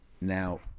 Now